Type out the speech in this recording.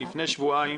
לפני שבועיים